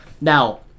Now